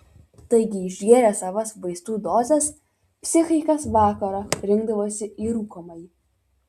taigi išgėrę savas vaistų dozes psichai kas vakarą rinkdavosi į rūkomąjį